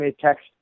text